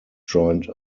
joined